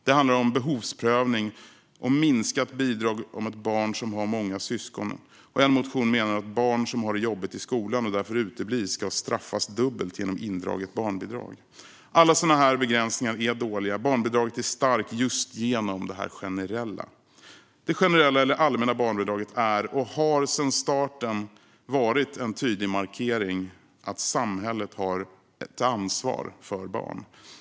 Det handlar om behovsprövning, om minskat bidrag om ett barn har många syskon. I en motion menar man att barn som har det jobbigt i skolan och därför uteblir ska straffas dubbelt genom indraget barnbidrag. Alla sådana begränsningar är dåliga. Barnbidraget är starkt just genom det generella. Det generella, eller allmänna, barnbidraget är och har sedan starten varit en tydlig markering att samhället har ett ansvar för barn.